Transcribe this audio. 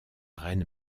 reine